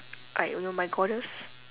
like you know my goddess